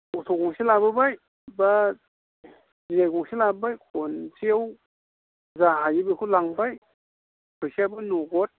auto गंसे लाबोबाय बा डिआइ गंसे लाबोबाय खनसेयाव जा हायो बेखौ लांबाय फैसायाबो नगद